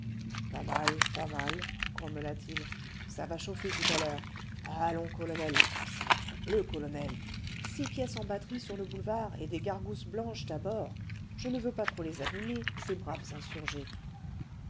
pas mal pas mal grommela-t-il ça va chauffer tout à l'heure allons colonel sacrebleu colonel six pièces en batterie sur le boulevard et des gargousses blanches d'abord je ne veux pas trop les abîmer ces braves insurgés